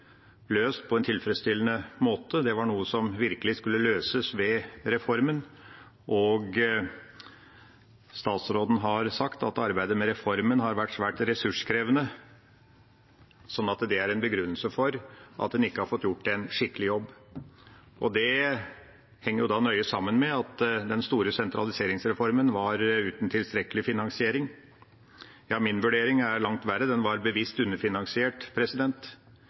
løst på en tilfredsstillende måte. Det var noe som virkelig skulle løses ved reformen. Statsråden har sagt at arbeidet med reformen har vært svært ressurskrevende, slik at det er en begrunnelse for at en ikke har fått gjort en skikkelig jobb. Det henger jo nøye sammen med at den store sentraliseringsreformen var uten tilstrekkelig finansiering. Ja, min vurdering er langt verre: Den var bevisst underfinansiert.